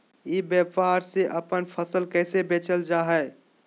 ई व्यापार से अपन फसल कैसे बेचल जा हाय?